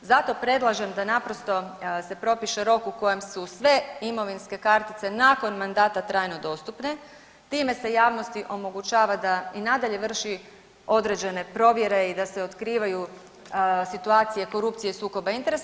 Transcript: Zato predlažem da naprosto se propiše rok u kojem su sve imovinske kartice nakon mandata trajno dostupne, time se javnosti omogućava da i nadalje vrši određene provjere i da se otkrivaju situacije korupcije sukoba interesa.